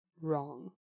wrong